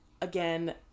again